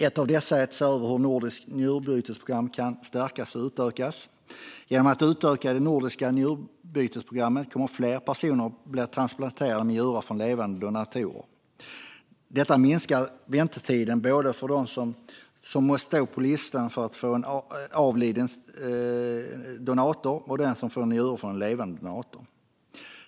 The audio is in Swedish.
Ett av dessa är att se över hur det nordiska njurbytesprogrammet kan stärkas och utökas. Genom att utöka det nordiska njurbytesprogrammet kommer fler personer att bli transplanterade med njurar från levande donatorer. Detta minskar väntetiden både för dem som måste stå på listan för att få en njure från en avliden donator och den som får en njure från en levande donator.